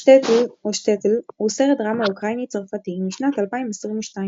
שטעטל או שטטל הוא סרט דרמה אוקראיני-צרפתי משנת 2022,